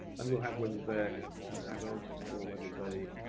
and we'll have whether they're an adult or whether they